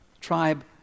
tribe